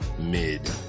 mid